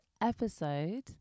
episode